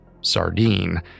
sardine